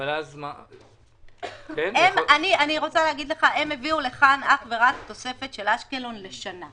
אני רוצה להגיד לך שהם הביאו לכאן אך ורק תוספת של אשקלון לשנה.